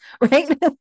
right